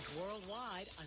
worldwide